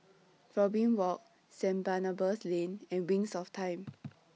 Robin Walk St Barnabas Lane and Wings of Time